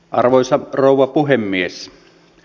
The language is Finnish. arvoisa rouva puhemies